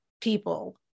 people